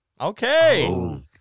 Okay